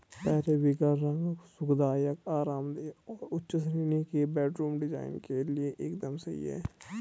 periwinkle रंग सुखदायक, आरामदेह और उच्च श्रेणी के बेडरूम डिजाइन के लिए एकदम सही है